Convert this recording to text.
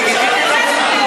אתה יושב-ראש הכנסת,